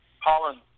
Holland